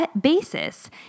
basis